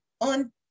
on